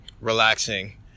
relaxing